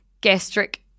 gastric